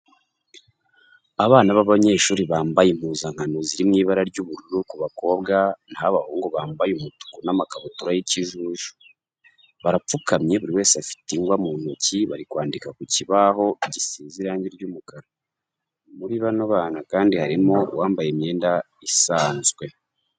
Abana b'abanyeshuri bambaye impuzankano ziri mu ibara ry'ubururu ku bakobwa, na ho abahungu bambaye umutuku n'amakabutura y'ikijuju. Barapfukamye buri wese afite ingwa mu ntoki bari kwandika ku kibaho gisize irangi ry'umukara. Muri bano bana kandi harimo uwambaye imyenda isanzwe.